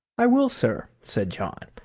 i will, sir, said john.